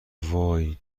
وای